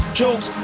jokes